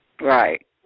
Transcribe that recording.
Right